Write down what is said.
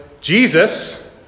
Jesus